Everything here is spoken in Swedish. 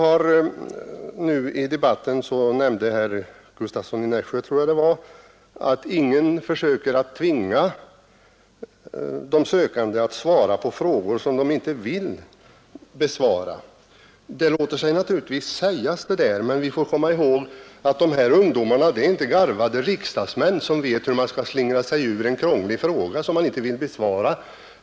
Jag tror att det var herr Gustavsson i Nässjö som nämnde att ingen tvingar de sökande att svara på frågor som de inte vill besvara. Det låter sig naturligtvis sägas, men vi får komma ihåg att dessa ungdomar inte är garvade riksdagsmän, som vet hur man skall slingra sig ur en krånglig fråga, som man inte vill besvara.